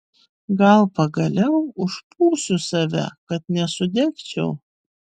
gal pagaliau užpūsiu save kad nesudegčiau